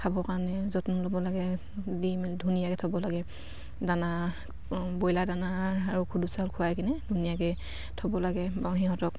খাবৰ কাৰণে যত্ন ল'ব লাগে দি মেলি ধুনীয়াকে থ'ব লাগে দানা ব্ৰইলাৰ দানা আৰু খুদু চাউল খোৱাই কিনে ধুনীয়াকে থ'ব লাগে বা সিহঁতক